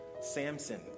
Samson